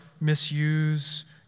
Misuse